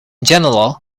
general